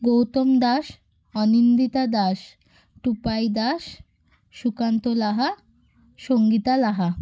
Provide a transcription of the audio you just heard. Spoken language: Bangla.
গৌতম দাস অনিন্দিতা দাস টুপাই দাস সুকান্ত লাহা সঙ্গীতা লাহা